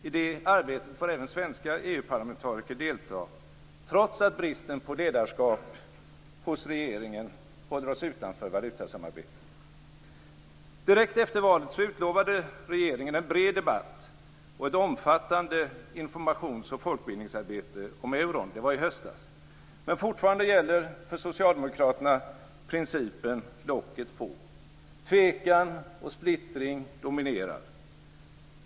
I det arbetet får även svenska EU-parlamentariker delta trots att bristen på ledarskap hos regeringen håller oss utanför valutasamarbetet. Direkt efter valet utlovade regeringen en bred debatt och ett omfattande informations och folkbildningsarbete om euron. Det var i höstas. Men fortfarande gäller för socialdemokraterna principen locket på. Tvekan och splittring dominerar.